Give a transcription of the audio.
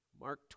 Mark